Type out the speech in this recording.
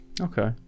Okay